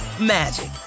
magic